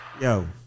Yo